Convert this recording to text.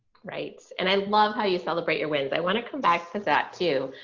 great. and i love how you celebrate your wins. i want to come back to that, too.